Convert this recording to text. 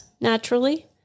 naturally